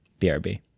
BRB